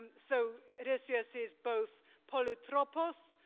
and so odysseus is both polytropos,